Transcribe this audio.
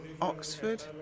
Oxford